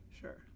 Sure